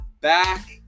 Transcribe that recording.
back